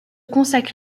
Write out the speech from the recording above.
consacre